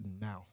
now